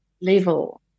level